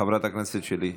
חברת הכנסת שלי יחימוביץ'.